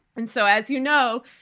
and so, as you know,